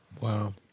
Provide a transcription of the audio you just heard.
Wow